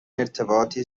ارتباطی